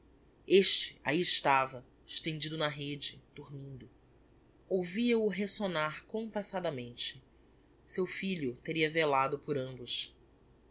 este ahi estava extendido na rêde dormindo ouvia o resonar compassadamente seu filho teria velado por ambos